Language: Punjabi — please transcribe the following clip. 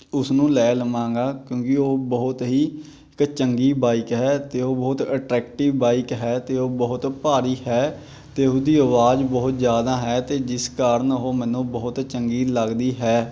ਉਸ ਨੂੰ ਲੈ ਲਵਾਂਗਾ ਕਿਉਂਕਿ ਉਹ ਬਹੁਤ ਹੀ ਇਕ ਚੰਗੀ ਬਾਈਕ ਹੈ ਅਤੇ ਉਹ ਬਹੁਤ ਅਟਰੈਕਟਿਵ ਬਾਈਕ ਹੈ ਅਤੇ ਉਹ ਬਹੁਤ ਭਾਰੀ ਹੈ ਅਤੇ ਉਹਦੀ ਆਵਾਜ਼ ਬਹੁਤ ਜ਼ਿਆਦਾ ਹੈ ਤੇ ਜਿਸ ਕਾਰਨ ਉਹ ਮੈਨੂੰ ਬਹੁਤ ਚੰਗੀ ਲੱਗਦੀ ਹੈ